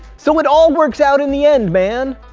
so it all works out in the end, man.